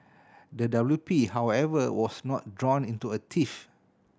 the W P however was not drawn into a tiff